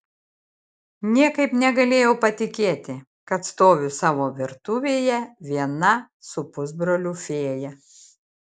niekaip negalėjau patikėti kad stoviu savo virtuvėje viena su pusbroliu fėja